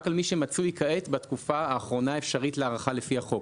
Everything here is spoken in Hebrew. על מי שמצוי כעת בתקופה האחרונה האפשרית להארכה לפי החוק.